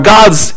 God's